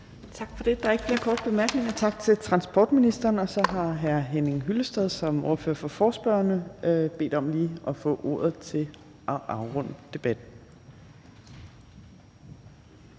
Der er ikke flere korte bemærkninger. Og så har hr. Henning Hyllested som ordfører for forespørgerne bedt om lige at få ordet til at afrunde debatten.